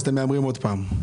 אז אתם מהמרים עוד פעם.